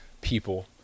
people